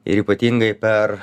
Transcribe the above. ir ypatingai per